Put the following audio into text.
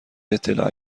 اطلاع